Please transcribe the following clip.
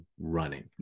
running